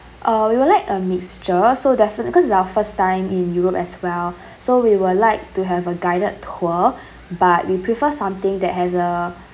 uh we would like a mixture so definitely cause this is our first time in europe as well so we would like to have a guided tour but we prefer something that has a